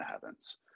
heavens